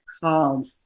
called